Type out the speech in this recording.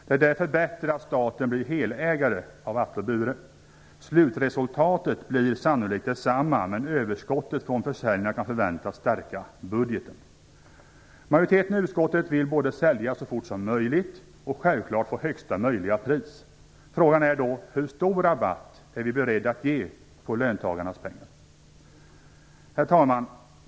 Det är därför bättre att staten blir helägare av Atle och Bure. Slutresultatet blir sannolikt detsamma, men överskottet från försäljningarna kan förväntas stärka budgeten. Majoriteten i utskottet vill både sälja så fort som möjligt och självklart få ut högsta möjliga pris. Frågan är då hur stor rabatt vi är beredda att ge på löntagarnas pengar. Herr talman!